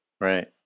Right